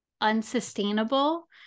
unsustainable